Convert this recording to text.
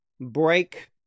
break